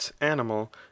animal